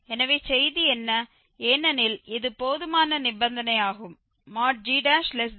எனவே செய்தி என்ன ஏனெனில் இது போதுமான நிபந்தனையாகும் g1